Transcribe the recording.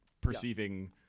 perceiving